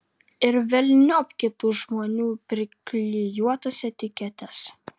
ir velniop kitų žmonių priklijuotas etiketes